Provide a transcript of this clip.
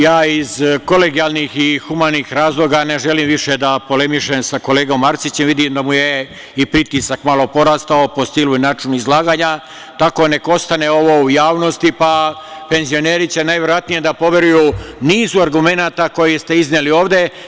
Ja iz kolegijalnih i humanih razloga ne želim više da polemišem sa kolegom Arsićem, vidim da mu je i pritisak malo porastao po stilu i načinu izlaganja, tako neka ostane ovo u javnosti, pa penzioneri će najverovatnije da poveruju nizu argumenata koje ste izneli ovde.